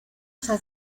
está